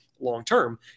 long-term